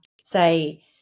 say